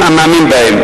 מאמין בו.